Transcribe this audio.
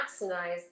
maximize